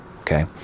okay